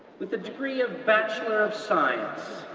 with a degree of bachelor of science,